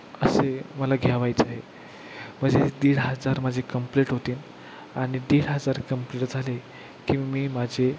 असे मला घ्यावयाचं आहे म्हणजे दीड हजार माझी कंप्लीट होतील आणि दीड हजार कम्प्लीट झाले की मग मी माझे